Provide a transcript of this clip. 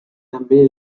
també